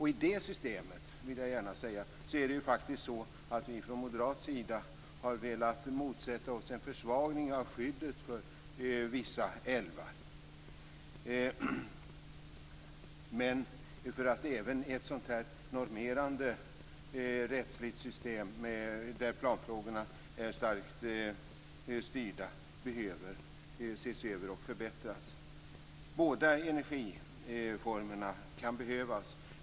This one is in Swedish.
I det systemet, vill jag gärna säga, är det faktiskt så att vi från moderat sida har velat motsätta oss en försvagning av skyddet för vissa älvar. Även ett sådant här normerande rättsligt system, där planfrågorna är starkt styrda, behöver ses över och förbättras. Båda energiformerna kan behövas.